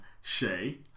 Shay